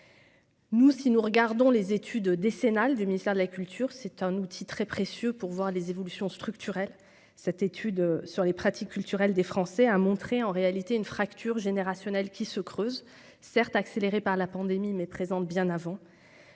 Nous, si nous regardons les études décennale du ministère de la culture, c'est un outil très précieux pour voir les évolutions structurelles cette étude sur les pratiques culturelles des Français, a montré en réalité une fracture générationnelle qui se creuse certes accélérée par la pandémie mais présente bien avant